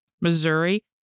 Missouri